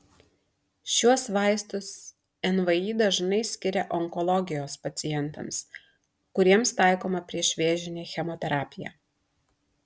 šiuos vaistus nvi dažnai skiria onkologijos pacientams kuriems taikoma priešvėžinė chemoterapija